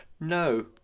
no